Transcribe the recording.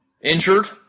Injured